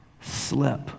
slip